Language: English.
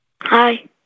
Hi